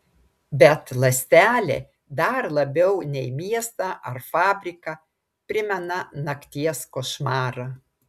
bet ląstelė dar labiau nei miestą ar fabriką primena nakties košmarą